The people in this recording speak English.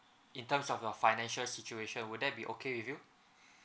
in terms of your financial situation would that be okay with you